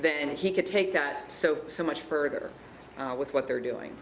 then he could take that so so much further with what they're doing